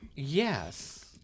Yes